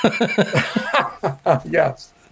Yes